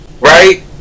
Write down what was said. right